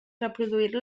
reproduir